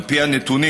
על פי הנתונים,